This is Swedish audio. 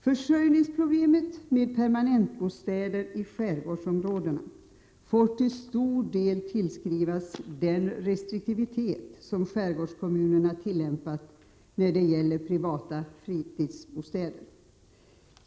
Försörjningsproblemet när det gäller permanentbostäder i skärgårdsområdena får till stor del tillskrivas den restriktivitet som skärgårdskommunerna tillämpat när det gäller privata fritidsbostäder.